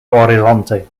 horizonte